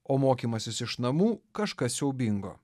o mokymasis iš namų kažkas siaubingo